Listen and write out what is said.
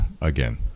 Again